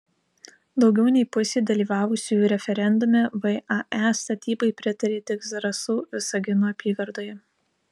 daugiau nei pusė dalyvavusiųjų referendume vae statybai pritarė tik zarasų visagino apygardoje